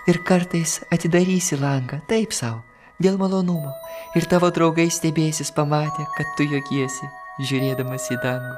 ir kartais atidarysi langą taip sau dėl malonumo ir tavo draugai stebėsis pamatę kad tu juokiesi žiūrėdamas į dangų